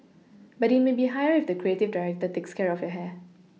but it may be higher if the creative director takes care of your hair